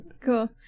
Cool